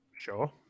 sure